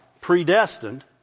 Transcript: predestined